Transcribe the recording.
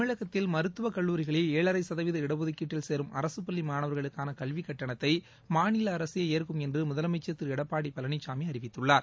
தமிழகத்தில் மருத்துவக்கல்லூரிகளில் ஏழளர் சதவீத இடடுதுக்கீட்டில் சேரும் அரசுப்பள்ளி மாணவர்களுக்காள கல்விக்கட்டனத்தை மாநில அரசே ஏற்கும் என்று முதலமைச்சர் திரு எடப்பாடி பழனிசாமி அழிவித்துள்ளார்